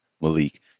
Malik